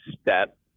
step